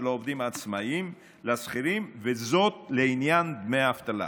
העובדים העצמאים לשכירים לעניין דמי האבטלה.